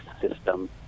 system